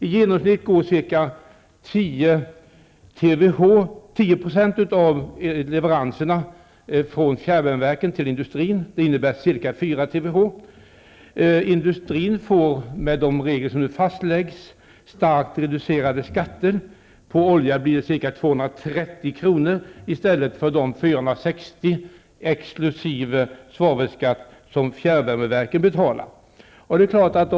I genomsnitt går ca 10 % av leveranserna från fjärrvärmeverken till industrin. Det innebär ca 4 TWh. Industrin får med de regler som nu fastläggs starkt reducerade skatter. Den skatt som fjärrvärmeverken betalar på olja blir 230 kr. i stället för 1 460 kr., exkl. svavelskatt.